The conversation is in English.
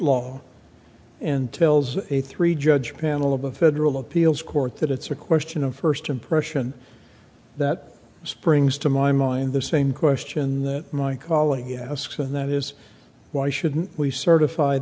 law and tells a three judge panel of a federal appeals court that it's a question of first impression that springs to my mind the same question that my calling asks and that is why shouldn't we certif